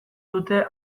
dute